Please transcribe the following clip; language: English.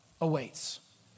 awaits